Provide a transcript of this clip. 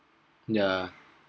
yeah